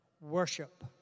worship